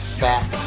fat